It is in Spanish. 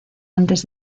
antes